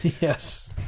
Yes